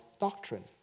doctrine